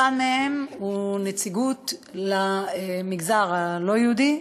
אחד מהם הוא נציג למגזר הלא-יהודי,